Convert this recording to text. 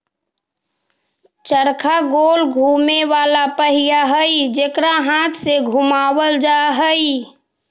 चरखा गोल घुमें वाला पहिया हई जेकरा हाथ से घुमावल जा हई